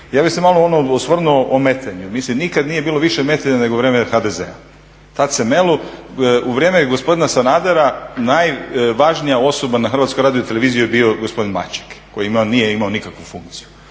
Ja bih se malo osvrnuo o metenju. Mislim nikad nije bilo više metenja nego u vrijeme HDZ-a, tad se melo. U vrijeme gospodina Sanadera najvažnija osoba na HRT-u je bio gospodin Maček koji nije imao nikakvu funkciju.